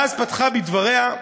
ואז פתחה בדבריה: